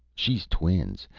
she's twins,